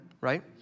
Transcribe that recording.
Right